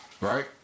right